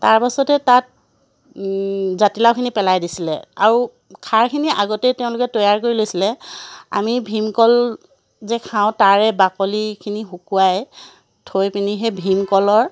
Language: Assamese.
তাৰপাছতে তাত জাতিলাওখিনি পেলাই দিছিলে আৰু খাৰখিনি আগতেই তেওঁলোকে তৈয়াৰ কৰি লৈছিলে আমি ভীমকল যে খাওঁ তাৰে বাকলিখিনি শুকুৱাই থৈ পিনি সেই ভীমকলৰ